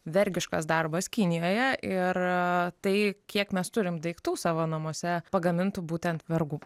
vergiškas darbas kinijoje ir tai kiek mes turim daiktų savo namuose pagamintų būtent vergų